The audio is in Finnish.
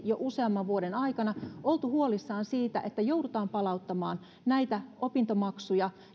jo useamman vuoden aikana on oltu huolissaan siitä että joudutaan palauttamaan näitä opintomaksuja